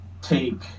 take